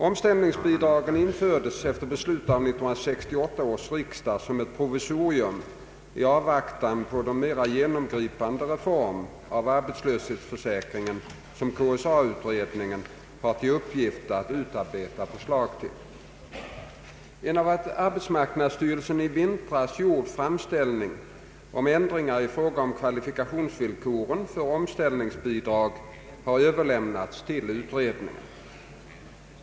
Omställningsbidragen infördes efter beslut vid 1968 års riksdag som ett provisorium i avvaktan på den mera genomgripande reform av arbetslöshetsförsäkringen som KSA-utredningen har till uppgift att utarbeta förslag till. En av arbetsmarknadsstyrelsen i vintras gjord framställning om ändringar i fråga om kvalifikationsvillkoren för omställningsbidrag har överlämnats till utredningen.